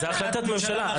זה החלטת ממשלה,